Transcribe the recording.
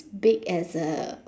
big as a